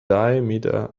diameter